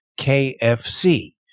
KFC